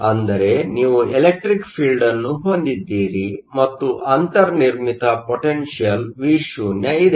ಅಂದರೆ ನೀವು ಎಲೆಕ್ಟ್ರಿಕ್ ಫೀಲ್ಡ್Electric field ಅನ್ನು ಹೊಂದಿದ್ದೀರಿ ಮತ್ತು ಅಂತರ್ನಿರ್ಮಿತ ಪೊಟೆನ್ಷಿಯಲ್ V0 ಇದೆ